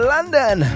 London